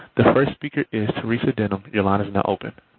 the first speaker is theresa denham. your line is now open.